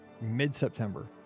mid-September